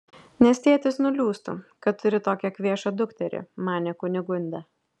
nes tėtis nuliūstų kad turi tokią kvėšą dukterį manė kunigunda